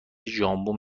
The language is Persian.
ژامبون